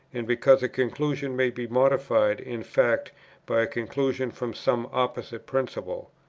and because a conclusion may be modified in fact by a conclusion from some opposite principle.